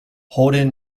holden